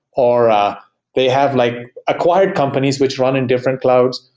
or they have like acquired companies which run in different clouds,